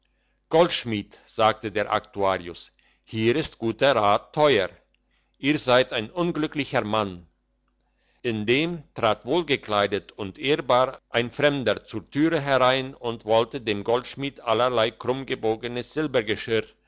goldschmied sagte der aktuarius hier ist guter rat teuer ihr seid ein unglücklicher mann indem trat wohlgekleidet und ehrbar ein fremder zur türe herein und wollte dem goldschmied allerlei